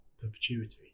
perpetuity